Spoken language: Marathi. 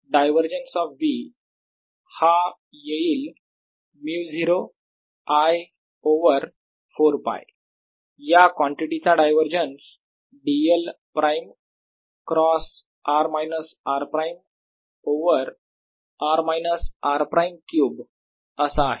डायवरजन्स ऑफ B हा येईल 𝜇0 I ओवर 4 π या क्वांटिटी चा divergence dl prime cross r minus r prime over r minus r prime cube असा आहे